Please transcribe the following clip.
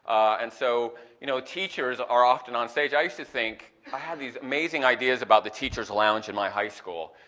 and so you know teachers are often on stage. i used to think i had the amazing ideas about the teacher's lounge in high school,